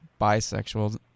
bisexual